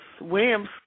Williams